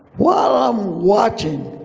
while i'm watching,